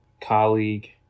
colleague